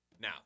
Now